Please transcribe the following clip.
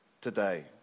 today